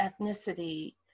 ethnicity